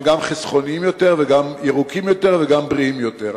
גם חסכוניים יותר וגם ירוקים יותר וגם בריאים יותר.